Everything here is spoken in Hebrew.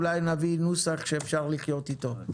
אולי נביא נוסח שאפשר לחיות אתו.